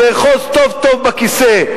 אחוז טוב-טוב בכיסא,